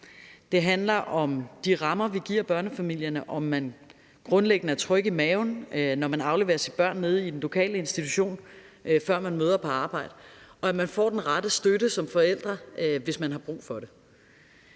Det handler om de rammer, vi giver børnefamilierne; om man grundlæggende føler sig tryg i maven, når man afleverer sine børn nede i den lokale institution, før man møder på arbejde, og at man får den rette støtte som forældre, hvis man har brug for det.